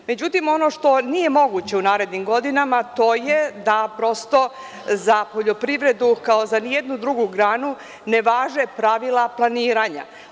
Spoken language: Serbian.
Međutim, ono što nije moguće u narednim godinama, to je da prosto za poljoprivredu, kao za ni jednu drugu granu, ne važe pravila planiranja.